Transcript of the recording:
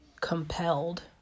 compelled